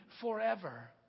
forever